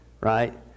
Right